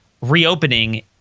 reopening